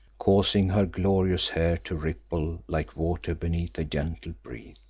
causing her glorious hair to ripple like water beneath a gentle breeze.